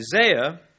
Isaiah